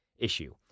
issue